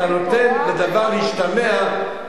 אתה נותן לדבר להשתמע,